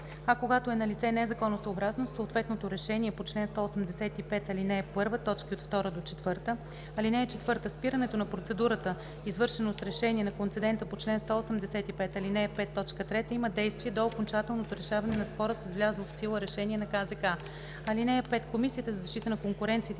а когато е налице незаконосъобразност – съответното решение по чл. 175, ал. 1, т. 2 – 4. (4) Спирането на процедурата, извършено с решение на концедента по чл. 185, ал. 5, т. 3, има действие до окончателното решаване на спора с влязло в сила решение на КЗК. (5) Комисията за защита на конкуренцията